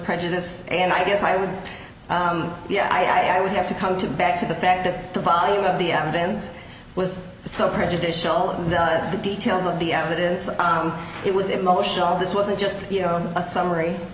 prejudice and i guess i would yeah i would have to come to back to the fact that the volume of the evidence was so prejudicial of the details of the evidence on it was emotional this wasn't just you know a summary